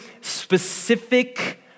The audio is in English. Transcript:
specific